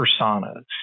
personas